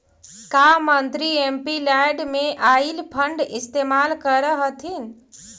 का मंत्री एमपीलैड में आईल फंड इस्तेमाल करअ हथीन